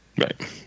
Right